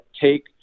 take